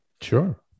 Sure